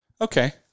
Okay